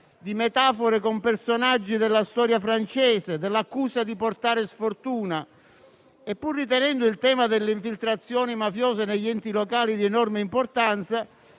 di metafore con personaggi della storia francese, dell'accusa di portare sfortuna. Pur ritenendo il tema delle infiltrazioni mafiose negli enti locali di enorme importanza,